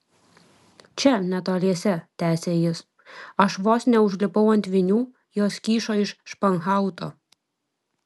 čia netoliese tęsė jis aš vos neužlipau ant vinių jos kyšo iš španhauto